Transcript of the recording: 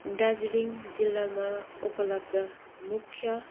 दार्जिलिङ जिल्लामा उपलब्ध मुख्य